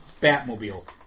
Batmobile